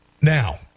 Now